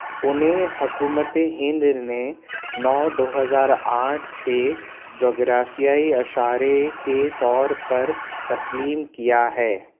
انہیں حکومت ہند نے نو دو ہزار آٹھ سے جغرافیائی اشارے کے طور پر تسلیم کیا ہے